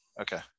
Okay